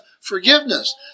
forgiveness